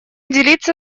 делиться